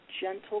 gentle